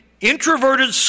introverted